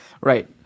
Right